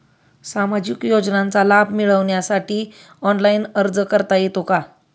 सामाजिक योजनांचा लाभ मिळवण्यासाठी ऑनलाइन अर्ज करता येतो का?